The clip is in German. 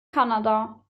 kanada